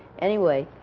anyway,